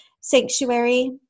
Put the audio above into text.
sanctuary